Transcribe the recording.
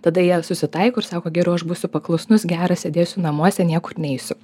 tada jie susitaiko ir sako geriau aš būsiu paklusnus geras sėdėsiu namuose niekur neisiu